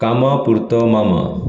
कामा पुरतो मामा